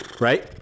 right